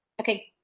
Okay